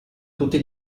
tutti